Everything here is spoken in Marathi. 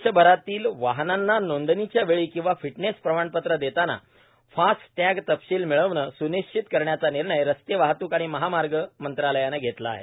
देशभरातील वाहनांना नोंदणीच्यावेळी किंवा फिटनेस प्रमाणपत्र देताना फास्ट टश्व तपशील मिळविणे स्निश्चित करण्याचा निर्णय रस्ते वाहतूक आणि महामार्ग मंत्रालयाने घेतला आहे